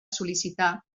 sol·licitar